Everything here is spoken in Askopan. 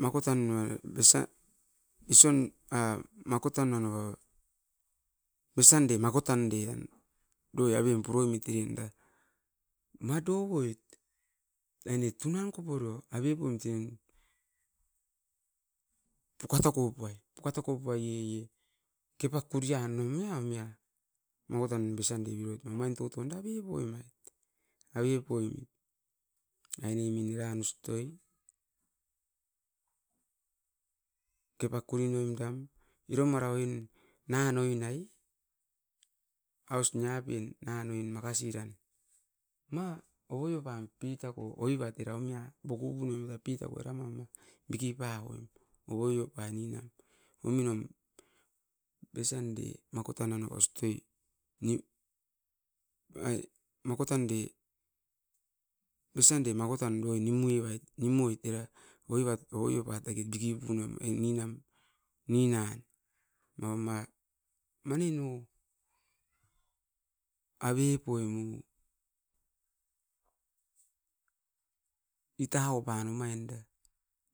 Makotan nua'i besa ison a makotan a nanua a besande makotan deion duai aveum puroimit irinda, ma dovoit. Aine tunan koporio avep oim tim pukatoko puai, pukatopo puai ie-ie kepa kurian nou mia omia, makotan besande biot namain toto uan da biboimait aveu poimit. Ainemin eran ustoi kepa koinoim dam iro mara oin nanga noin ai, aus nei'apin nanga noin makasi ran. Ma ou'oi oupam pii'tako oibat era oumia bokubu nomit a pitako era mamia, biki pa'oim ogoi oupai ni nam. Uminom besande makotan ana ostoi nim ai makotan de. Besande makotan duai nimu ibait, nim'oit era oibat ogoi oupat egit diki punam ei ni'nam, nii naan maua ma mani nu avei pueimu ita oupan omain da.